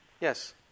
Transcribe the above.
Yes